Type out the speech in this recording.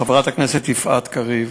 חברת הכנסת יפעת קריב,